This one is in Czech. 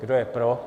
Kdo je pro?